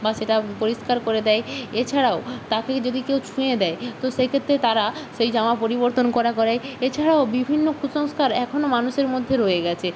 বা সেটা পরিষ্কার করে দেয় এছাড়াও তাকে যদি কেউ ছুঁয়ে দেয় তো সেই ক্ষেত্রে তারা সেই জামা পরিবর্তন করা করায় এছাড়াও বিভিন্ন কুসংস্কার এখনও মানুষের মধ্যে রয়ে গিয়েছে